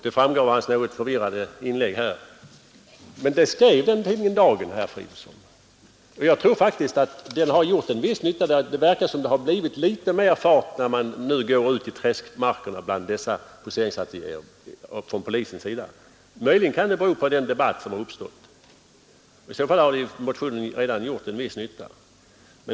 Det framgår av hans något förvirrade inlägg här. Men jag tror faktiskt att det som tidningen Dagen skrev kan vara riktigt i viss mån, eftersom det verkar som om det blivit litet mera fart på polisen när man studerar poseringsateljéerna ute i ”träskmarkerna”. Möjligen kan detta bero på den debatt som har uppstått. I så fall har motionen redan gjort en viss nytta.